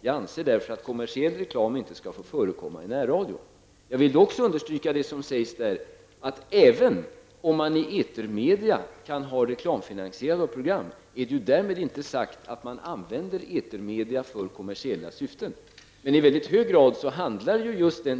Jag anser därför att kommersiell reklam inte skall få förekomma i närradion.'' Jag vill understryka också det som där sägs om att det även om man i etermedierna kan ha reklamfinansierade program, därmed inte är sagt att man använder etermedierna för kommersiella syften. Men den